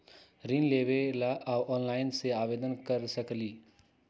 ऋण लेवे ला ऑनलाइन से आवेदन कर सकली?